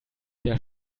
der